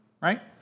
Right